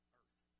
earth